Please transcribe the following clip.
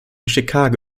chicago